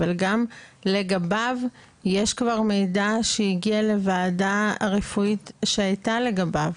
אבל גם לגביו יש כבר מידע שהגיע לוועדה הרפואית שהייתה לגביו.